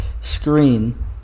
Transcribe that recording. screen